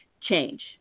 change